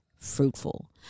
fruitful